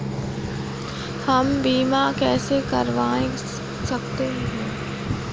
हम बीमा कैसे करवा सकते हैं?